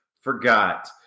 forgot